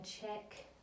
check